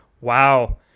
Wow